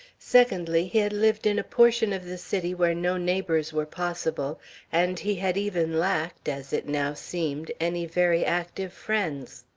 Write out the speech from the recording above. secondly, he had lived in a portion of the city where no neighbors were possible and he had even lacked, as it now seemed, any very active friends.